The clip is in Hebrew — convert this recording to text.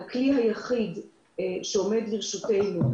הכלי היחיד שעומד לרשותנו,